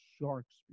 Sharks